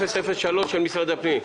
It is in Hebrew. של משרד הפנים.